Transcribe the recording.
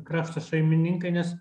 krašto šeimininkai nes